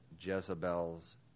Jezebel's